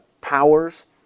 powers